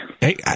Hey